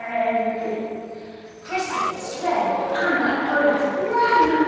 and christophe, sven, anna and olaf run!